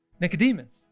Nicodemus